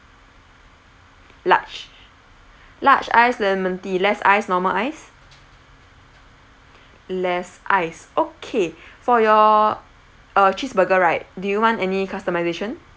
large large ice lemon tea less ice normal ice less ice okay for your uh cheeseburger right do you want any customisation